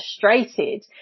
frustrated